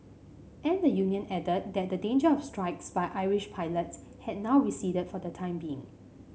and the union added that the danger of strikes by Irish pilots had now receded for the time being